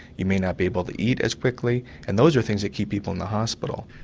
you may not be able to eat as quickly, and those are things that keep people in the hospital.